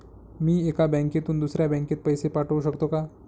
मी एका बँकेतून दुसऱ्या बँकेत पैसे पाठवू शकतो का?